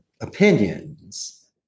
opinions